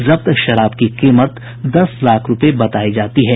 जब्त शराब की कीमत दस लाख रूपये बतायी जाती है